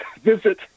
visit